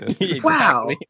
wow